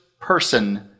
person